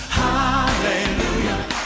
hallelujah